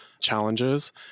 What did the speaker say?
challenges